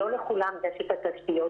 לא לכולם יש את התשתיות,